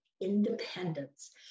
independence